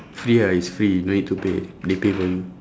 free ah it's free no need to pay they pay for you